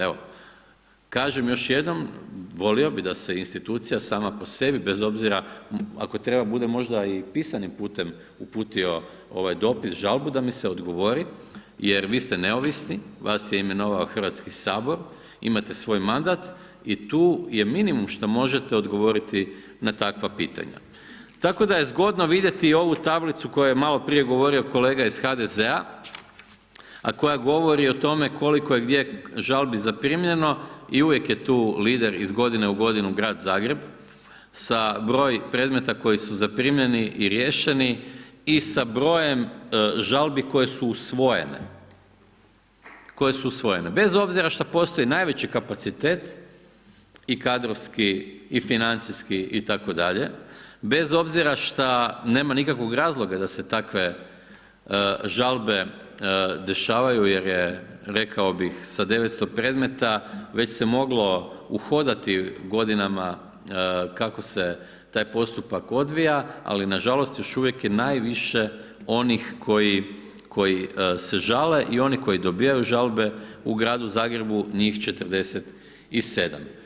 Evo, kažem još jednom, volio bi da se institucija, sama po sebi, bez obzira, ako treba bude možda i pisanim putem uputio, dopis, žalbu, da mi se odgovori jer vi ste neovisni, vas je imenovao HS, imate svoj mandat i tu je minimum što možete odgovoriti na takva pitanja, tako da je zgodno vidjeti i ovu tablicu o kojoj je maloprije govorio kolega iz HDZ-a, a koja govori o tome koliko je i gdje žalbi zaprimljeno i uvijek je tu lider iz godine u godinu Grad Zagreb sa brojem predmeta koji su zaprimljeni i riješeni i sa brojem žalbi koje su usvojene, koje su usvojene bez obzira šta postoji najveći kapacitet i kadrovski i financijski itd., bez obzira šta nema nikakvog razloga da se takve žalbe dešavaju jer je rekao bih sa 900 predmeta već se moglo uhodati godinama kako se taj postupak odvija, ali nažalost još uvijek je najviše onih koji se žale i oni koji dobivaju žalbe u Gradu Zagrebu, njih 47.